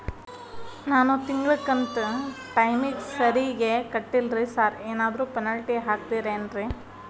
ನಾನು ತಿಂಗ್ಳ ಕಂತ್ ಟೈಮಿಗ್ ಸರಿಗೆ ಕಟ್ಟಿಲ್ರಿ ಸಾರ್ ಏನಾದ್ರು ಪೆನಾಲ್ಟಿ ಹಾಕ್ತಿರೆನ್ರಿ?